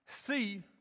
see